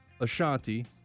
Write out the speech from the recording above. Ashanti